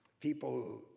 People